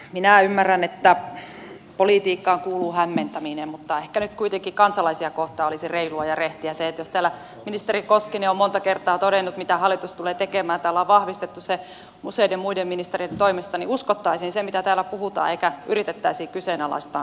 minä ymmärrän että politiikkaan kuuluu hämmentäminen mutta ehkä nyt kuitenkin kansalaisia kohtaan olisi reilua ja rehtiä se että jos täällä ministeri koskinen on monta kertaa todennut mitä hallitus tulee tekemään ja täällä on vahvistettu se useiden muiden ministerien toimesta niin uskottaisiin se mitä täällä puhutaan eikä yritettäisi kyseenalaistaa